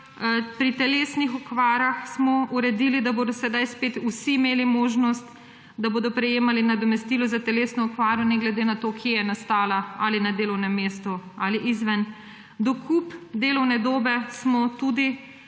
Pri telesnih okvarah smo uredili, da bodo sedaj spet vsi imeli možnost, da bodo prejemali nadomestilo za telesno okvaro ne glede na to, kje je nastala, ali na delovnem mestu ali izven. Dokup delovne dobe smo tudi